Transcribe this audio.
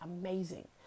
amazing